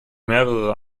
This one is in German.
mehrere